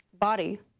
Body